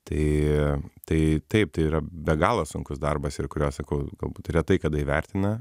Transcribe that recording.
tai tai taip tai yra be galo sunkus darbas ir kurio sako galbūt retai kada įvertina